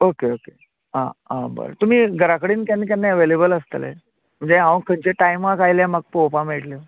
okay okay हां हां बरें तुमी घराकडेन केन्ना केन्ना एवेलेबल आसतले म्हणजे हांव खंयचे टायमार आयल्यार म्हाका पळोवपा मेळटलें